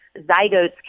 zygotes